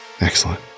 excellent